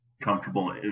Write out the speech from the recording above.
comfortable